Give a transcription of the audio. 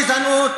גזענות,